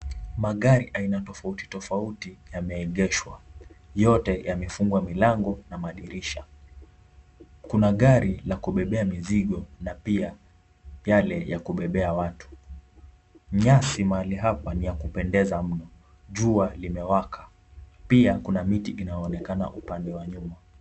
Magari aina tofauti tofauti yameegeshwa. Yote yamefungwa milango na madirisha. Kuna gari la kubebea mizigo na pia yale ya kubebea watu. Nyasi mahali hapa ni ya kupendeza mno. Jua limewaka. Pia kuna miti inayoonekana upande wa nyuma.